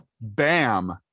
bam